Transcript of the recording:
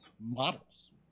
models